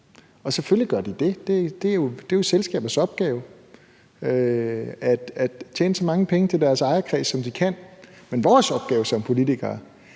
og selvfølgelig gør de det; det er jo selskabets opgave at tjene så mange penge til deres ejerkreds, som de kan. Men vores opgave som politikere